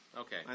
Okay